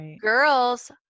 Girls